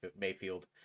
Mayfield